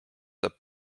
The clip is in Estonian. saab